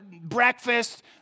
breakfast